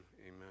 amen